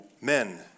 Men